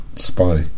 spy